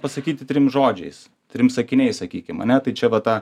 pasakyti trim žodžiais trim sakiniais sakykim ane tai čia va ta